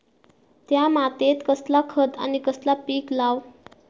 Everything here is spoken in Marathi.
त्या मात्येत कसला खत आणि कसला पीक लाव?